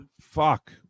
Fuck